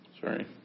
Sorry